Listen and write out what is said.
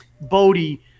Bodie